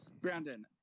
Brandon